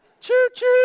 Choo-choo